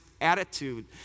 attitude